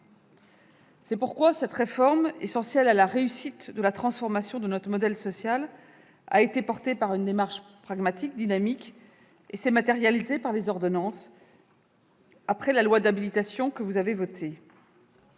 C'est pourquoi cette réforme, qui est essentielle pour la réussite de la transformation de notre modèle social, a été portée par une démarche pragmatique et dynamique et s'est matérialisée par les ordonnances, adoptées à la suite de la loi d'habilitation que vous avez votée.